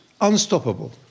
unstoppable